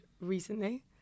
recently